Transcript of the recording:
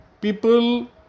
people